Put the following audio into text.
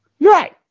Right